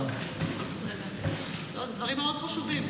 זה דברים מאוד חשובים.